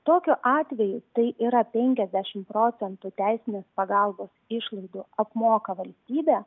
tokiu atveju tai yra penkiasdešimt procentų teisinės pagalbos išlaidų apmoka valstybė